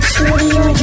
Studio